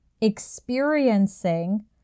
experiencing